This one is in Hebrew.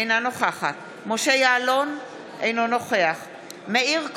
אינה נוכחת משה יעלון, אינו נוכח מאיר כהן,